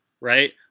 right